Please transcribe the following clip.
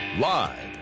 Live